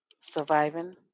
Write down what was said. surviving